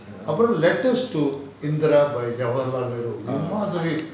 ah